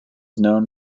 known